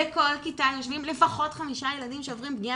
בכל כיתה יושבים לפחות חמישה ילדים שעוברים פגיעה